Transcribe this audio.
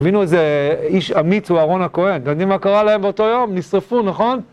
תבינו איזה איש אמיץ, הוא אהרון הכהן, אתם יודעים מה קרה להם באותו יום, נשרפו, נכון?